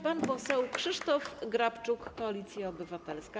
Pan poseł Krzysztof Grabczuk, Koalicja Obywatelska.